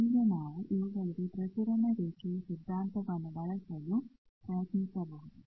ಈಗ ನಾವು ಇವುಗಳಿಗೆ ಪ್ರಸರಣ ರೇಖೆಯ ಸಿದ್ಧಾಂತವನ್ನು ಬಳಸಲು ಪ್ರಯತ್ನಿಸಬಹುದು